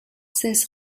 cesse